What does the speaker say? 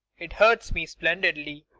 it hurts me splendidly.